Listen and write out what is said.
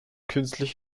künstlich